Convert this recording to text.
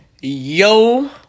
Yo